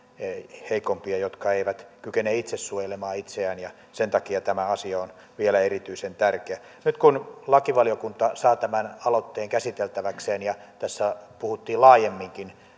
heikompia jotka eivät kykene itse suojelemaan itseään sen takia tämä asia on vielä erityisen tärkeä nyt kun lakivaliokunta saa tämän aloitteen käsiteltäväkseen ja tässä puhuttiin laajemminkin